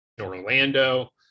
orlando